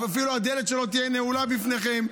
אפילו הדלת שלו תהיה נעולה בפניכם,